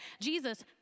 jesus